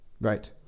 Right